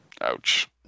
Ouch